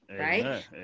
Right